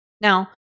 Now